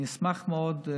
אני אשמח מאוד,